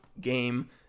game